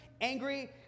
angry